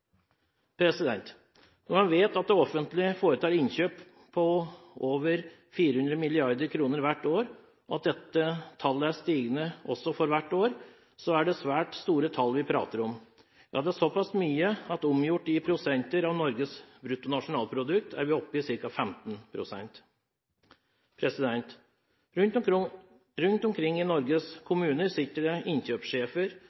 Når en vet at det offentlige foretar innkjøp for over 400 mrd. kr hvert år, og at dette tallet er stigende også for hvert år, er det svært store tall vi prater om. Det er såpass mye at omgjort i prosenter av Norges bruttonasjonalprodukt er vi oppe i ca. 15 pst. Rundt omkring i Norges